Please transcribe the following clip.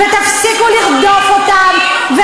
ותפסיקו לרדוף אותם.